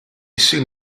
soon